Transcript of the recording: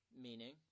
Meaning